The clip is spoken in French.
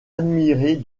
admirer